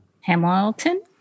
Hamilton